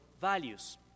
values